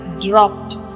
dropped